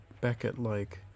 Beckett-like